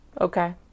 Okay